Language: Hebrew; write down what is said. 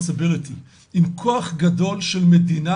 - עם כוח גדול של מדינה,